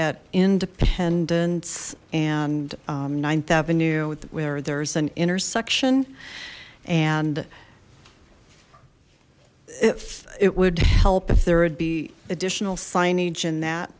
at independence and ninth avenue where there's an intersection and if it would help if there would be additional signage in that